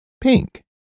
pink